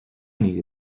need